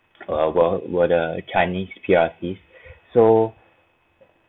uh were were the chinese P_R_Cs so